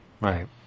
Right